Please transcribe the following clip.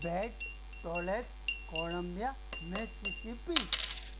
bat टॉलेस Columbia Mississippi